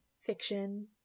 fiction